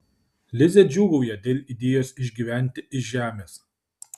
lizė džiūgauja dėl idėjos išgyventi iš žemės